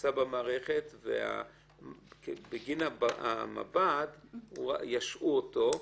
שנמצא במערכת ובגין המב"ד ישעו אותו,